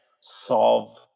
solve